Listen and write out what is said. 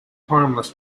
harmless